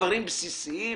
דברים בסיסיים?